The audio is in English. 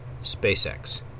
SpaceX